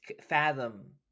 fathom